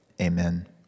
Amen